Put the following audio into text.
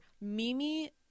Mimi